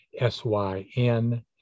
s-y-n